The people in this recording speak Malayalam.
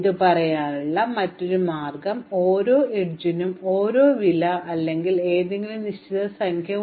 ഇത് പറയാനുള്ള മറ്റൊരു മാർഗ്ഗം ഓരോ അരികുകൾക്കും ഒരേ വില 1 അല്ലെങ്കിൽ ഏതെങ്കിലും നിശ്ചിത സംഖ്യ ഉണ്ടെന്ന് നമുക്ക് can ഹിക്കാം